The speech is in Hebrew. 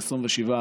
של 27%.